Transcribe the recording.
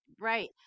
right